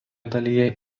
dalyje